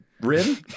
Rin